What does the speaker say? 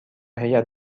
هیات